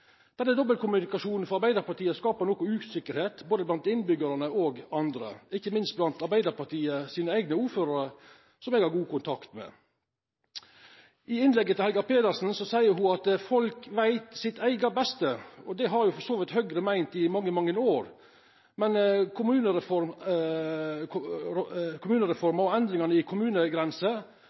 Denne dobbeltkommunikasjonen frå Arbeidarpartiet skapar noko usikkerheit, både blant innbyggjarane og blant andre, ikkje minst blant Arbeidarpartiet sine eigne ordførarar, som eg har god kontakt med. Helga Pedersen seier i innlegget sitt at folk veit sitt eige beste. Det har for så vidt Høgre meint i mange, mange år, men kommunereform og endringar i kommunegrense handlar etter mi erfaring også om folks følelsar og